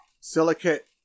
Silicate